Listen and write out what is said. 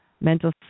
mental